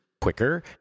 Quicker